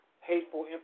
hateful